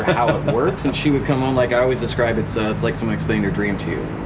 how it works, and she would come home like, i always describe it, so it's like someone explaining a dream to you.